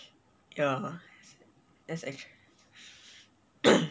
ya that's actually